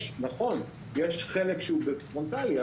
נכון, יש חלק שהוא פרונטלי.